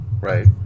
right